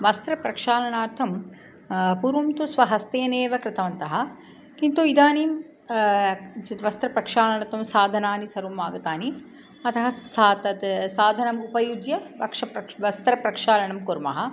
वस्त्रप्रक्षालनार्थं पूर्वं तु स्वहस्तेनेव कृतवन्तः किन्तु इदानीं किञ्चित् वस्त्रप्रक्षालनार्थं साधनानि सर्वम् आगतानि अतः सा तत् साधनमुपयुज्य वस्त्रप्रक्ष वस्त्रप्रक्षालनं कुर्मः